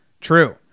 true